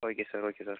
okay sir okay sir